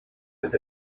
with